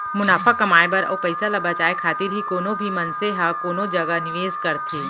मुनाफा कमाए बर अउ पइसा ल बचाए खातिर ही कोनो भी मनसे ह कोनो जगा निवेस करथे